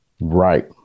Right